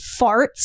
farts